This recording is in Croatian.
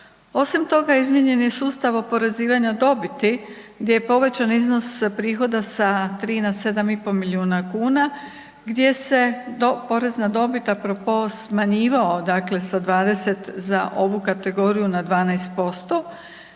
Osim toga, izmijenjen je sustav oporezivanja dobiti gdje je povećan iznos sa prihoda sa 3 na 7,5 milijuna kuna gdje se porez na dobit a propos smanjivao sa 20 za ovu kategoriju na 12%